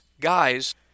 guys